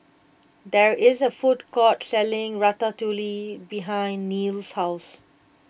there is a food court selling Ratatouille behind Neal's house